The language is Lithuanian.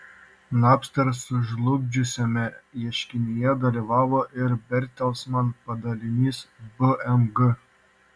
napster sužlugdžiusiame ieškinyje dalyvavo ir bertelsman padalinys bmg